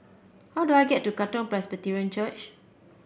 how do I get to Katong Presbyterian Church